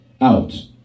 out